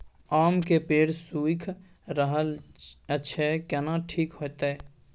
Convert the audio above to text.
आम के पेड़ सुइख रहल एछ केना ठीक होतय?